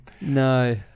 No